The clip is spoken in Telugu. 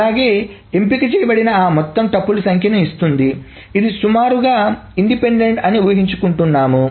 అలాగే ఎంపిక చేయబడిన ఆ మొత్తం టుపుల్స్ సంఖ్యనీ ఇస్తుంది వీటిని సుమారుగా ఇండిపెండెంట్ అని ఊహించుకుంటున్నాము